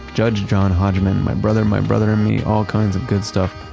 judge john hodgman, my brother, my brother, and me all kinds of good stuff.